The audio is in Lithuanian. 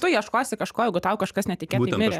tu ieškosi kažko jeigu tau kažkas netikėtai mirė